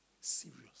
Serious